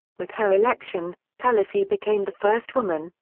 with her election, pelosi became the first woman,